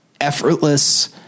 effortless